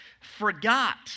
forgot